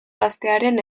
gaztearen